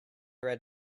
red